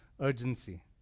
urgency